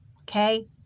okay